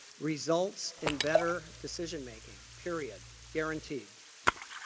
results in better decision making. period. guaranteed.